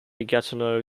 gatineau